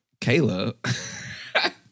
Kayla